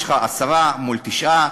יש לך עשרה מול תשעה,